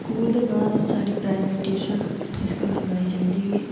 school दे बाद साढ़ी प्राईवेट ट्यूशन लाई जंदी ही